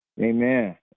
Amen